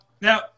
Now